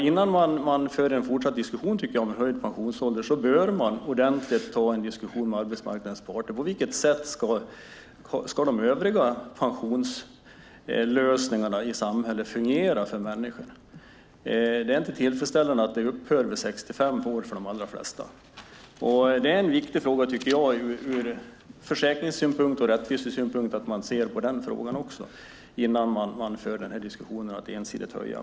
Innan man för en fortsatt diskussion om en höjning av pensionsåldern tycker jag att man bör ta en ordentlig diskussion med arbetsmarknadens parter om på vilket sätt som de övriga pensionslösningarna i samhället fungera för människor. Det är inte tillfredsställande att de upphör vid 65 års ålder för de allra flesta. Jag tycker att det är viktigt ur försäkringssynpunkt och rättvisesynpunkt att man ser över den frågan också innan man ensidigt för diskussionen om att höja pensionsåldern.